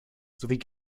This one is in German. sowie